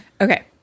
Okay